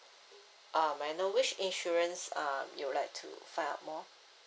uh may I know which insurance uh you would like to find out more